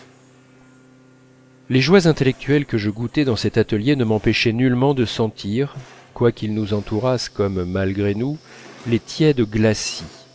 les joies intellectuelles que je goûtais dans cet atelier ne m'empêchaient nullement de sentir quoiqu'ils nous entourassent comme malgré nous les tièdes glacis